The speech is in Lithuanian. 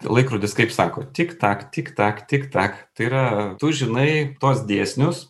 laikrodis kaip sako tik tak tik tak tik tak tai yra tu žinai tuos dėsnius